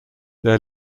their